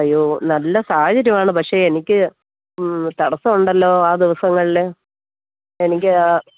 അയ്യോ നല്ല സാഹചര്യമാണ് പക്ഷേ എനിക്ക് തടസ്സമുണ്ടല്ലോ ആ ദിവസങ്ങളില് എനിക്ക്